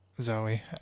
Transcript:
Zoe